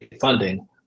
funding